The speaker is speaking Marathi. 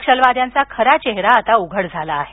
नक्षवाद्यांचा खरा चेहरा आता उघड झाला आहे